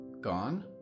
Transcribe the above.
Gone